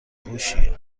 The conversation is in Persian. هوشیه